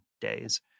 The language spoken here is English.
days